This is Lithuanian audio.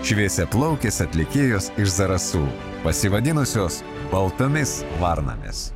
šviesiaplaukės atlikėjos iš zarasų pasivadinusios baltomis varnomis